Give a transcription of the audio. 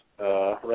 right